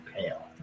pale